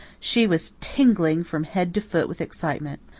she was tingling from head to foot with excitement.